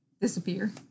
Disappear